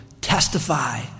testify